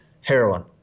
heroin